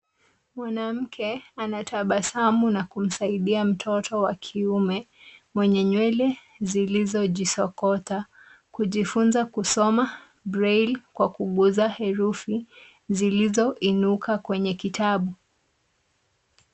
Mwanamke anatabasamu na kumsaidia mtoto wa kiume, mwenye nywele zilizojisokota. Kujifunza kusoma Braille kwa kuguza herufi zilizo inuka kwenye kitabu.